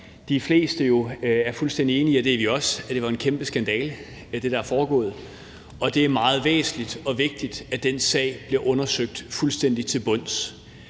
de fleste jo er fuldstændig enige i, og det er vi også, var en kæmpe skandale. Det er meget væsentligt og vigtigt, at den sag bliver undersøgt fuldstændig til bunds,